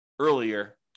earlier